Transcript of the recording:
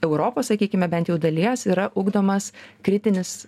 europos sakykime bent jau dalies yra ugdomas kritinis